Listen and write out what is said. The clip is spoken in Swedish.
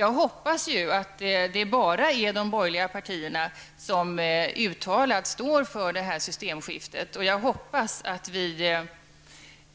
Jag hoppas att det bara är de borgerliga partierna som uttalat står för det systemskiftet, och jag hoppas att vi